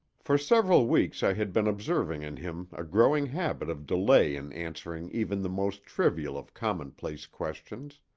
for several weeks i had been observing in him a growing habit of delay in answering even the most trivial of commonplace questions.